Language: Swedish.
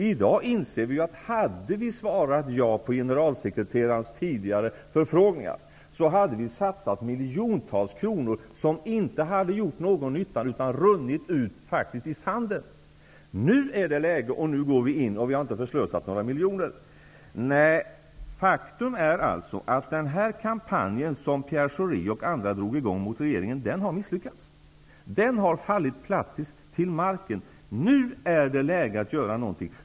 Om vi hade svarat ja på generalsekreterarens tidigare förfrågningar, hade vi satsat miljontals kronor som inte hade gjort någon nytta utan hade runnit ut i sanden. Nu är det läge att gå in, och vi har inte förslösat några miljoner. Nej, faktum är att den här kampanjen som Pierre Schori och andra drog i gång mot regeringen har misslyckats. Den har fallit platt till marken. Nu är det läge att göra någonting.